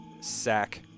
sack